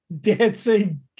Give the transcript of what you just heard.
dancing